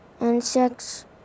insects